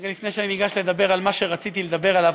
רגע לפני שאני ניגש לדבר על מה שרציתי לדבר עליו,